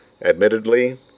Admittedly